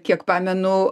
kiek pamenu